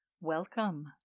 Welcome